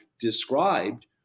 described